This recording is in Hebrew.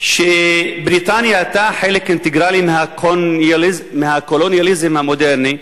שבריטניה היתה חלק אינטגרלי של הקולוניאליזם המודרני,